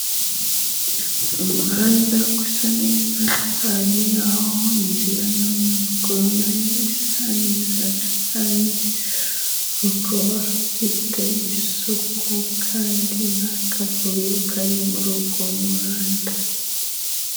Umuhanda usa neza, hariho inzira y'abanyamaguru nayo isa neza, hakaba hafite isuku, kandi nta kavuyo kari muri uwo muhanda.